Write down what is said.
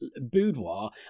boudoir